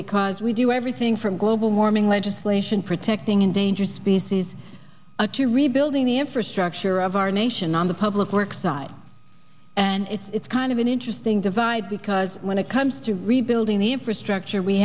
because we do everything from global warming legislation protecting endangered species up to rebuilding the infrastructure of our nation on the public works side and it's kind of an interesting divide because when it comes to rebuilding the infrastructure we